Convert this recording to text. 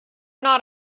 not